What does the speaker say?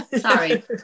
Sorry